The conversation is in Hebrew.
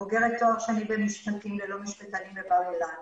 בוגרת תואר שני במשפטים, ללא משפטנים בבר אילון.